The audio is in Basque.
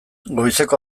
goizeko